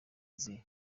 aziya